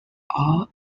all